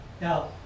Now